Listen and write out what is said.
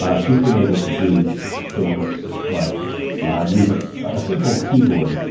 ah she has been able to do things like use a ah simple keyboard,